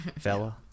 Fella